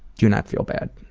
do not feel bad.